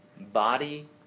body